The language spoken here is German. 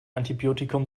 antibiotikum